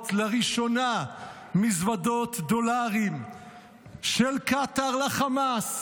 לראשונה מזוודות דולרים של קטר לחמאס.